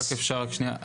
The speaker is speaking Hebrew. אם רק אפשר, רק שנייה.